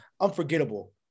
unforgettable